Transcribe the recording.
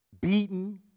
beaten